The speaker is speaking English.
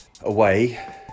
away